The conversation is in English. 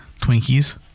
Twinkies